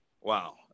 wow